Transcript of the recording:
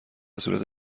صورت